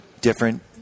different